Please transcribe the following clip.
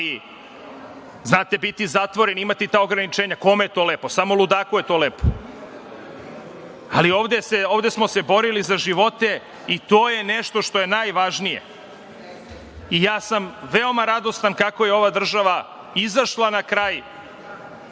znate, biti zatvoren i imati ta ograničenja, kome je to lepo? Samo ludaku je to lepo. Ovde smo se borili za živote i to je nešto što je najvažnije. Ja sam veoma radostan kako je ova država izašla na